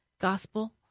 gospel